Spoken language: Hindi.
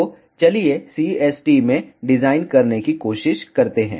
तो चलिए CST में डिज़ाइन करने की कोशिश करते हैं